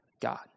God